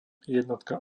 jednotka